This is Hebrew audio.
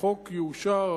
החוק יאושר,